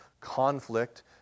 conflict